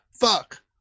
fuck